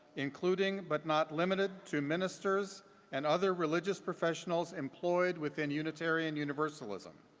including but not limited to ministers and other religious professionals employed within unitarian universalism.